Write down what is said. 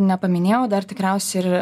nepaminėjau dar tikriausiai ir